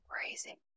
crazy